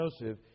Joseph